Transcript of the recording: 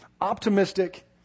Optimistic